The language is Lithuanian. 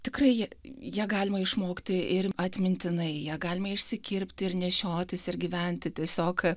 tikrai ją galima išmokti ir atmintinai ją galima išsikirpti ir nešiotis ir gyventi tiesiog